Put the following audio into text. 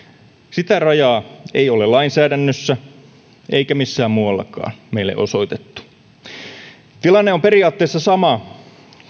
sitä rajaa ei ole lainsäädännössä eikä missään muuallakaan meille osoitettu tilanne on periaatteessa sama